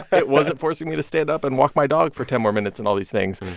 it wasn't forcing me to stand up and walk my dog for ten more minutes and all these things.